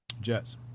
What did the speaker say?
Jets